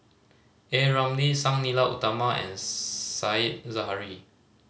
A Ramli Sang Nila Utama and Said Zahari